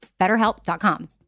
BetterHelp.com